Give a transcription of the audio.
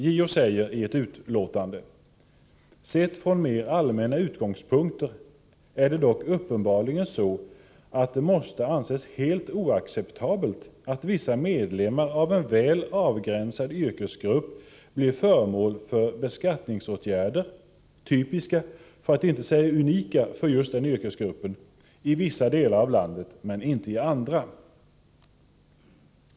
JO säger i ett utlåtande: Sett från mer allmänna utgångspunkter är det dock uppenbarligen så att det måste anses helt oacceptabelt att vissa medlemmar av en väl avgränsad yrkesgrupp blir föremål för beskattningsåtgärder — typiska, för att inte säga unika, för just den yrkesgruppen — i vissa delar av landet men inte i andra.